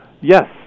Yes